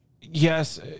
yes